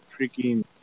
freaking